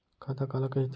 खाता काला कहिथे?